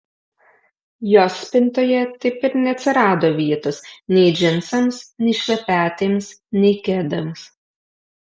jos spintoje taip ir neatsirado vietos nei džinsams nei šlepetėms nei kedams